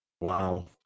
Wow